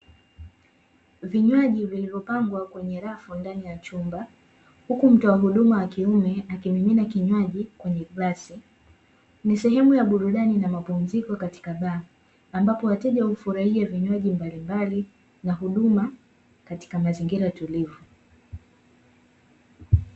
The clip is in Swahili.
Vinywaji vilivyopangwa kwenye rafu ndani ya chumba, huku mtoa huduma wa kiume akimimina kinywaji kwenye glasi, ni sehemu ya burudani na mapumziko katika baa ambapo wateja hufurahia vinywaji mbalimbali na huduma katika mazingira tulivu.